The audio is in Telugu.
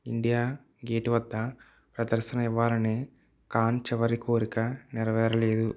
ఇండియా గేటు వద్ద ప్రదర్శన ఇవ్వాలనే ఖాన్ చివరి కోరిక నెరవేరలేదు